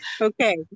Okay